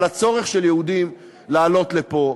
על הצורך של יהודים לעלות לפה,